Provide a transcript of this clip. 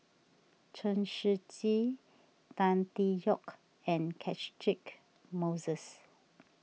Chen Shiji Tan Tee Yoke and Catchick Moses